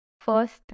first